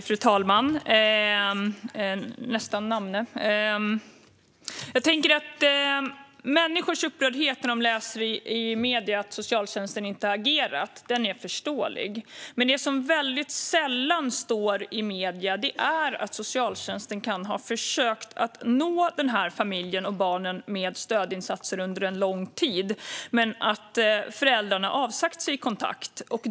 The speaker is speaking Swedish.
Fru talman! Människors upprördhet när de läser i medierna att socialtjänsten inte har agerat är förståelig. Men det som sällan står i medierna är att socialtjänsten kan ha försökt att nå familjen och barnen med stödinsatser under en lång tid men att föräldrarna avsagt sig kontakt.